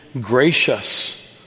gracious